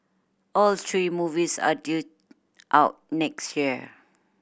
all three movies are due out next year